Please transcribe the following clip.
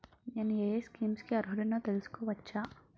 నేను యే యే స్కీమ్స్ కి అర్హుడినో తెలుసుకోవచ్చా?